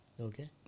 Okay